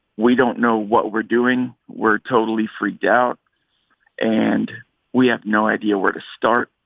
we don't know what we're doing. we're totally freaked out and we have no idea where to start.